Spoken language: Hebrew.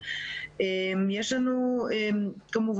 שעה 12:05. נושא הישיבה הוא מעקב